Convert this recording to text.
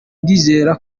ndizera